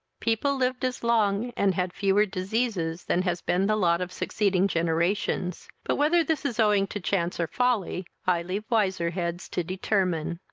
people lived as long, and had fewer diseases, than has been the lot of succeeding generations, but, whether this is owing to chance or folly, i leave wiser heads to determine.